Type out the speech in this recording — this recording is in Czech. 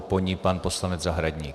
Po ní pan poslanec Zahradník.